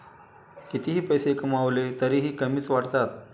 कितीही पैसे कमावले तरीही कमीच वाटतात